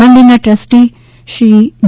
મંદિરના ટ્રસ્ટી શ્રી જે